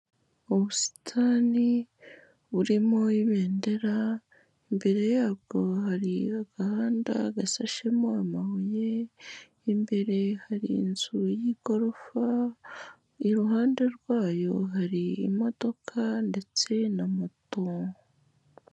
Ubusitani burimo ibendera, imbere yabwo hari agahanda gashashemo amabuye, imbere hari inzu y'igorofa, iruhande rwayo hari imodoka ndetse na moto.